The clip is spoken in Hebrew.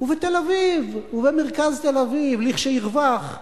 ובתל-אביב, ובמרכז תל-אביב,